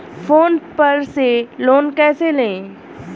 Phone पर से loan कैसे लें?